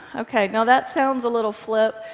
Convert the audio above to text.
okay, now that sounds a little flip,